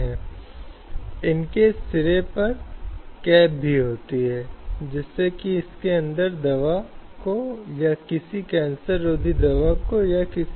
इसलिए हमारे पास विभिन्न प्रकार के अधिकारों का उल्लंघन है जो महिलाओं और बालिकाओं के खिलाफ एक कारण है कि जो कि परिवार के भीतर कार्यस्थल पर या समाज में है